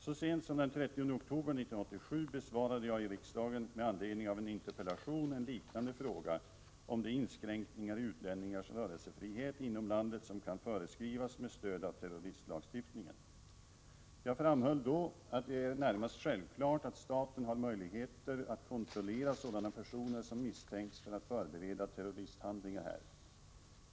Så sent som den 30 oktober 1987 besvarade jag i riksdagen med anledning av en interpellation en liknande fråga om de inskränkningar i utlänningars rörelsefrihet inom landet som kan föreskrivas med stöd av terroristlagstiftningen. Jag framhöll då att det är närmast självklart att staten har möjligheter att kontrollera sådana personer som misstänks för att förbereda terroristhandlingar här.